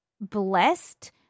blessed